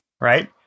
right